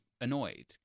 annoyed